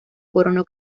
coronó